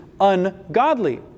ungodly